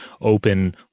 open